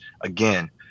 again